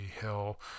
Hill